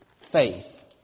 faith